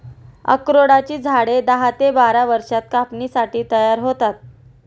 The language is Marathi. अक्रोडाची झाडे दहा ते बारा वर्षांत कापणीसाठी तयार होतात